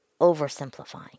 oversimplifying